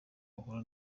bahura